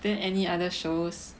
then any other shows